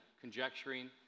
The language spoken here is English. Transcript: conjecturing